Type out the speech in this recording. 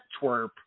twerp